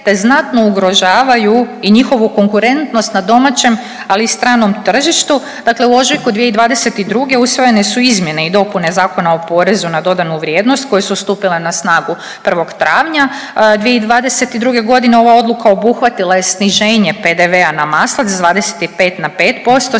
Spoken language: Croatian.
te znatno ugrožavaju i njihovu konkurentnost na domaćem ali i stranom tržištu. Dakle, u ožujku 2022. usvojene su izmjene i dopune Zakona o porezu na dodanu vrijednost koje su stupile na snagu 1. travnja 2022. godine. Ova odluka obuhvatila je sniženje PDV-a na maslac sa 25 na 5%,